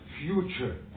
future